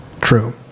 True